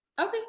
Okay